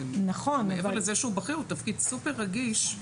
מעבר לזה שהוא בכיר, הוא תפקיד סופר רגיש.